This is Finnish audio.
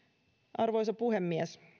arvoisa puhemies